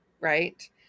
right